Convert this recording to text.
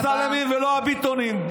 לא האמסלמים ולא הביטונים.